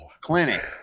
clinic